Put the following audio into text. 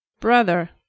Brother